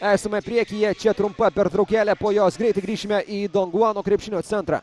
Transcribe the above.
esame priekyje čia trumpa pertraukėlė po jos greitai grįšime į donguano krepšinio centrą